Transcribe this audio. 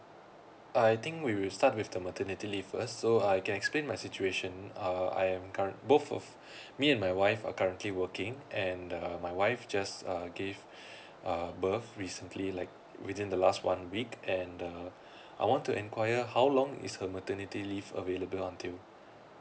I think we will start with the maternity leave first so I can explain my situation uh I'm current both of me and my wife are currently working and uh my wife just err give uh birth recently like within the last one week and uh I want to inquire how long is her maternity leave available until